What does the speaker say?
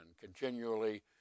continually